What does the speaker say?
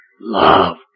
love